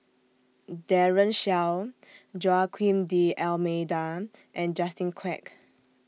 Daren Shiau Joaquim D'almeida and Justin Quek